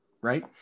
right